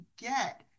get